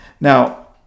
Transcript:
now